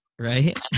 Right